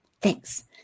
thanks